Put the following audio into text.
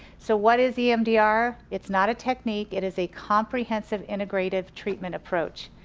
so what is emdr, it's not a technique, it is a comprehensive integrative treatment approach.